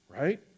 right